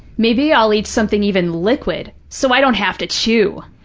maybe i'll eat something even liquid so i don't have to chew.